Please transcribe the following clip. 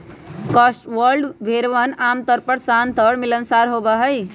Cotswold भेड़वन आमतौर पर शांत और मिलनसार होबा हई